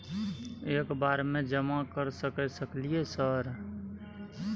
एक बार में जमा कर सके सकलियै सर?